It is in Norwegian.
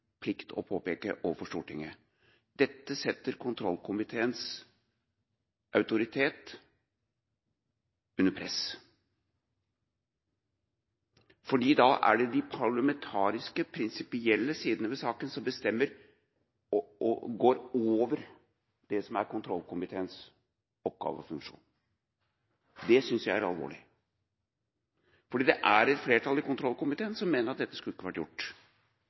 plikt å påpeke overfor Stortinget: Dette setter kontrollkomiteens autoritet under press. For da går de parlamentariske, prinsipielle sidene ved saken over det som er kontrollkomiteens oppgave og funksjon. Det synes jeg er alvorlig. Det er et flertall i kontrollkomiteen som mener at dette ikke skulle vært gjort.